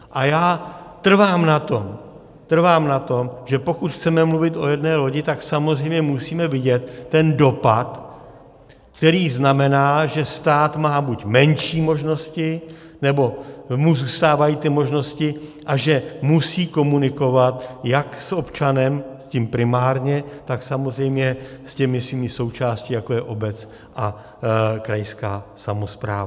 A já trvám na tom, že pokud chceme mluvit o jedné lodi, tak samozřejmě musíme vidět ten dopad, který znamená, že stát má buď menší možnosti, nebo mu zůstávají ty možnosti, a že musí komunikovat jak s občanem, tím primárně, tak samozřejmě s těmi svými součástmi, jako je obec a krajská samospráva.